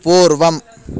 पूर्वम्